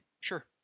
sure